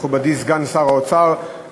מכובדי סגן שר האוצר,